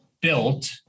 built